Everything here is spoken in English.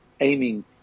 aiming